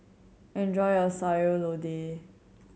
enjoy your Sayur Lodeh